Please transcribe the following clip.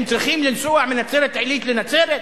הם צריכים לנסוע מנצרת-עילית לנצרת?